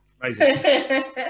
Amazing